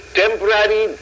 temporary